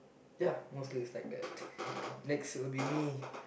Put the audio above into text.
ya mostly is like that next will be me